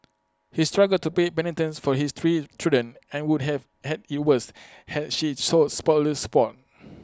he struggled to pay maintenance for his three children and would have had IT worse had she sought spousal support